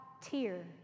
tier